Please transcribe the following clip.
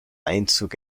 einzug